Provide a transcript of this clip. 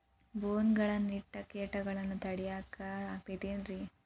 ಬೋನ್ ಗಳನ್ನ ಇಟ್ಟ ಕೇಟಗಳನ್ನು ತಡಿಯಾಕ್ ಆಕ್ಕೇತೇನ್ರಿ?